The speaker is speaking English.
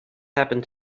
happened